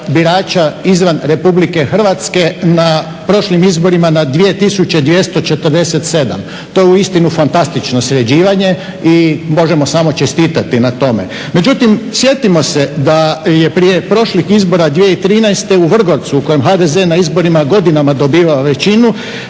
izvan RH na prošlim izborima na 2247, to je uistinu fantastično sređivanje i možemo samo čestitati na tome. Međutim, sjetimo se da je prije prošlih izbora 2013. u Vrgorcu u kojem je HDZ na izborima godinama dobivao većinu,